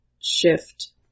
shift